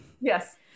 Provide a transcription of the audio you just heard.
Yes